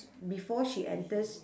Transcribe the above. before she enters